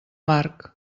marc